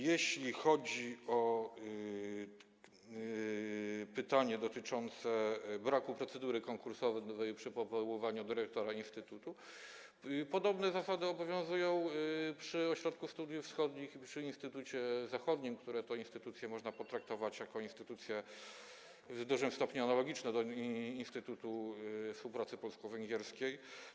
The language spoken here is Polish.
Jeśli chodzi o pytanie dotyczące braku procedury konkursowej przy powoływaniu dyrektora instytutu, to podobne zasady obowiązują w przypadku Ośrodka Studiów Wschodnich i Instytutu Zachodniego, które to instytucje można potraktować jako instytucje w dużym stopniu analogiczne do Instytutu Współpracy Polsko-Węgierskiej.